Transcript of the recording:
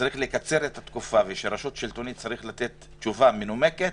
שצריך לקצר את התשובה ושרשות שלטונית צריכה לתת תשובה מנומקת,